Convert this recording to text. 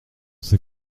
ces